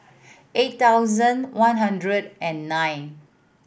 eight thousand one hundred and nine